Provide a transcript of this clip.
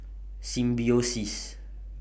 Symbiosis